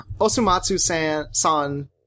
Osumatsu-san